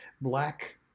Black